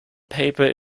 paper